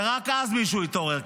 ורק אז מישהו יתעורר,